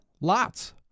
Lots